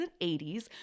80s